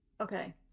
okay